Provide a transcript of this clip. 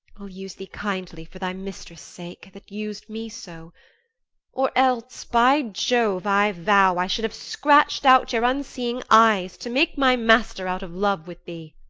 i'll use thee kindly for thy mistress' sake, that us'd me so or else, by jove i vow, i should have scratch'd out your unseeing eyes, to make my master out of love with thee.